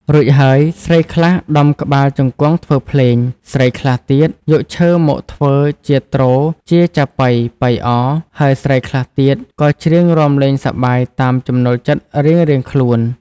រួចហើយ ស្រីខ្លះដំក្បាលជង្គង់ធ្វើភ្លេង ស្រីខ្លះទៀតយកឈើមកធ្វើជាទ្រ ជាចាប៉ី ប៉ីអ ហើយស្រីខ្លះទៀតក៏ច្រៀងរាំលេងសប្បាយតាមចំណូលចិត្តរៀងៗខ្លួន។